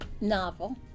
novel